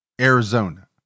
Arizona